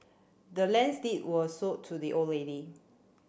the land's deed was sold to the old lady